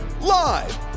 Live